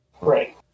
Right